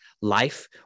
life